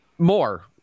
More